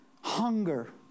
hunger